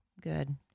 good